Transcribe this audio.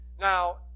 Now